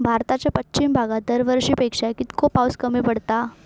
भारताच्या पश्चिम भागात दरवर्षी पेक्षा कीतको पाऊस कमी पडता?